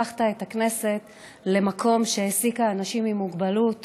איך הפכת את הכנסת למקום שמעסיק אנשים עם מוגבלות